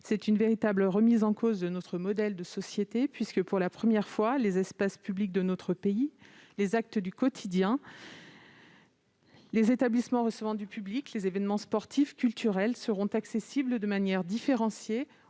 C'est une véritable remise en cause de notre modèle de société puisque, pour la première fois dans notre pays, les espaces publics, les actes du quotidien, les établissements recevant du public, les événements sportifs et culturels seront accessibles de manière différenciée